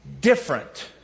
different